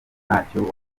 ntacyo